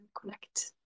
connect